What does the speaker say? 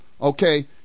okay